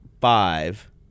five